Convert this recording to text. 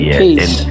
peace